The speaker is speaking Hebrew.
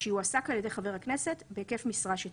שיועסק על ידי חבר הכנסת, בהיקף משרה שתקבע."